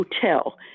hotel